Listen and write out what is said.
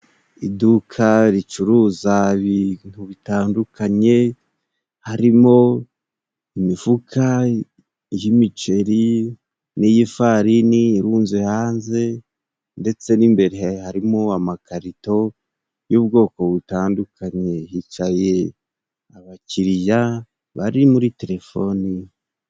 Iduka ricuruza ibintu bitandukanye harimo: imifuka y'imiceri n'iy'ifarini irunze hanze, ndetse n'imbere harimo amakarito y'ubwoko butandukanye, hicaye abakiriya bari muri telefoni.